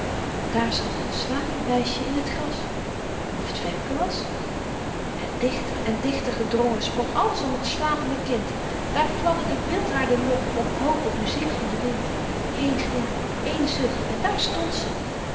daar zat een slapend meisje in t gras of t femke was en dichter en dichter gedrongen sprong alles om t slapende kind daar fladderden wild haar de lokken omhoog op muziek van den wind eén glimlach één zucht en daar stond ze